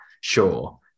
sure